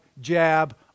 jab